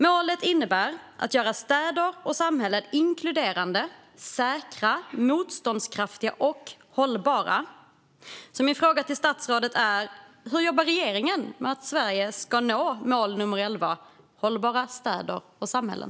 Målet innebär att göra städer och samhällen inkluderande, säkra, motståndskraftiga och hållbara. Min fråga till statsrådet är: Hur jobbar regeringen för att Sverige ska nå mål nr 11, Hållbara städer och samhällen?